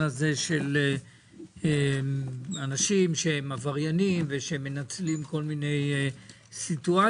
הזה של אנשים שהם עבריינים ושהם מנצלים כל מיני סיטואציות,